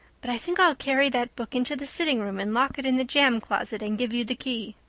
but i think i'll carry that book into the sitting room and lock it in the jam closet and give you the key.